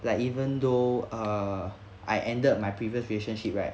like even though err I ended my previous relationship right